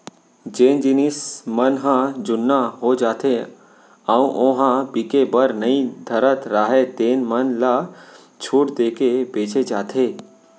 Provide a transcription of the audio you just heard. जेन जिनस मन ह जुन्ना हो जाथे अउ ओ ह बिके बर नइ धरत राहय तेन मन ल छूट देके बेचे जाथे